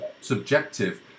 subjective